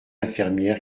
infirmière